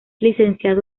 licenciado